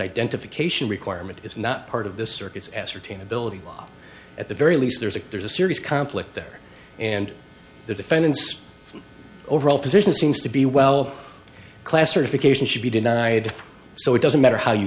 identification requirement is not part of the circuits ascertain ability at the very least there's a there's a serious conflict there and the defendant's overall position seems to be well classification should be denied so it doesn't matter how you